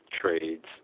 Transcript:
trades